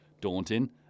daunting